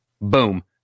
Boom